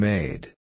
Made